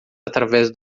através